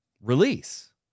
release